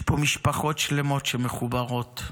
יש פה משפחות שלמות שמחוברות.